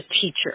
teacher